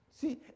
See